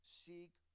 seek